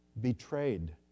betrayed